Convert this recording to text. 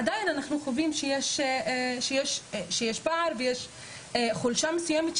עדיין אנחנו חווים שיש פער וחולשה מסויימת,